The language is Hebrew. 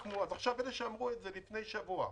אלה שאמרו את זה לפני שבוע,